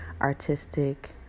artistic